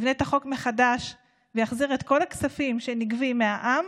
יבנה את החוק מחדש ויחזיר את כל הכספים שנגבים מהעם